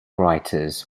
writers